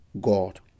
God